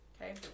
Okay